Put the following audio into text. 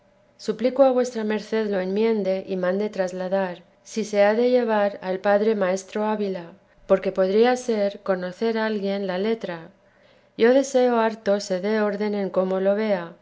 la santa madre ced lo enmiende y mande trasladar si se ha de llevar al padre maestro ávila porque podría ser conocer alguien la letra yo deseo harto se dé orden en cómo lo vea